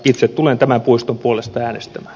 itse tulen tämän puiston puolesta äänestämään